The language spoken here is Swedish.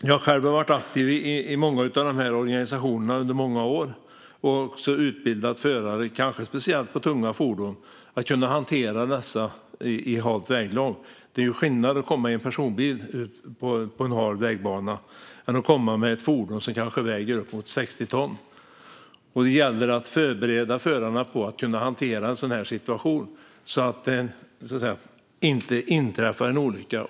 Jag själv har varit aktiv i många av organisationerna under många år, och jag har utbildat förare i att hantera speciellt tunga fordon i halt väglag. Det är skillnad att komma i en personbil på en hal vägbana eller att komma i ett fordon som väger upp till 60 ton. Det gäller att förbereda förarna på att kunna hantera en sådan situation så att det inte inträffar en olycka.